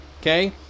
Okay